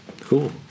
Cool